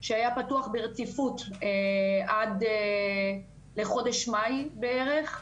שהיה פתוח ברציפות עד לחודש מאי בערך.